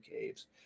Caves